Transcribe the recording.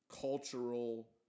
cultural